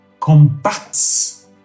combats